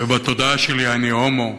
ובתודעה שלי אני הומו,